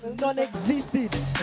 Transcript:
non-existent